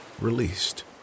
released